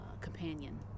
companion